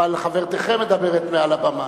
אבל חברתכם מדברת מעל הבמה.